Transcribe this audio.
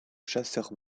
chasseur